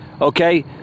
Okay